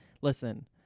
listen